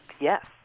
yes